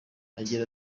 agira